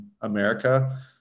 America